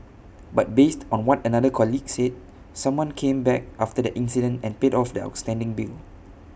but based on what another colleague said someone came back after the incident and paid off the outstanding bill